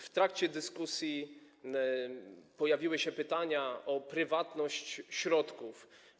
W trakcie dyskusji pojawiły się pytania o prywatność środków.